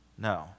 No